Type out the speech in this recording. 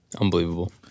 Unbelievable